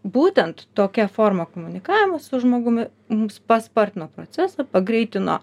būtent tokia forma komunikavimo su žmogumi mums paspartino procesą pagreitino